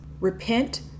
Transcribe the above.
repent